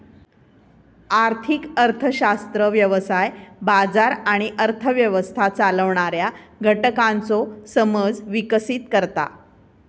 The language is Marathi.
आर्थिक अर्थशास्त्र व्यवसाय, बाजार आणि अर्थ व्यवस्था चालवणाऱ्या घटकांचो समज विकसीत करता